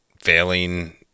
failing